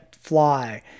fly